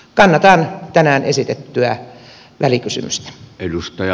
kannatan tänään esitettyä välikysymystä edustaja